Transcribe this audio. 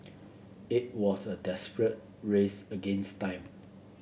it was a desperate race against time